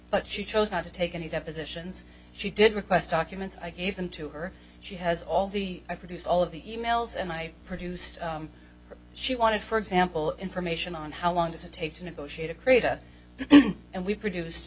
but she chose not to take any depositions she did request documents i gave them to her she has all the i produce all of the e mails and i produced she wanted for example information on how long does it take to negotiate a creator and we produce